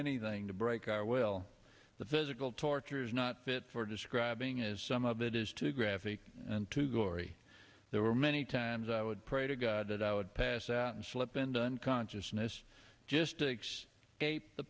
anything to break our will the physical torture is not fit for describing is some of it is too graphic and to gory there were many times i would pray to god that i would pass out and slip into unconsciousness just s